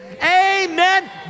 amen